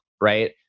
Right